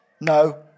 no